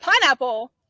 pineapple